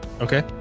Okay